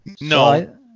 No